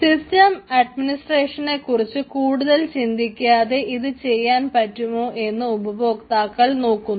system അഡ്മിനിസ്ട്രേഷനെക്കുറിച്ച് കൂടുതൽ ചിന്തിക്കാതെ ഇത് ചെയ്യാൻ പറ്റുമോ എന്ന് ഉപഭോക്താക്കൾ നോക്കുന്നു